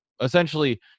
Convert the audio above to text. essentially